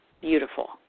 beautiful